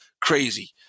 crazy